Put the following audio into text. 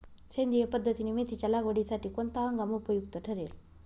सेंद्रिय पद्धतीने मेथीच्या लागवडीसाठी कोणता हंगाम उपयुक्त ठरेल?